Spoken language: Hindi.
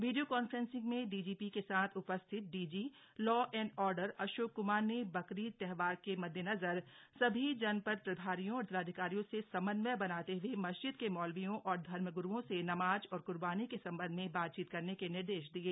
वीडियो कान्फ्रेसिंग में डीजीपी के साथ उपस्थित DG law and order Ashok Kumar ने बकरीद त्योहार मददेनजर सभी जनपद प्रभारियों और जिलाधिकारियों से समन्वय बनाते हए मस्जिद के मौलवियों और धर्मग्रुओं से नमाज और क्र्बानी के सम्बन्ध में बातचीत करने के निर्ददेश दिये